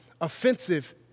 offensive